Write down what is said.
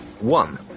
One